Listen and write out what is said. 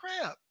crap